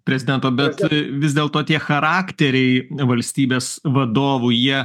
prezidento bet vis dėl to tie charakteriai valstybės vadovų jie